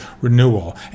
renewal